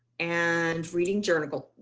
and reading journal,